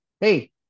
hey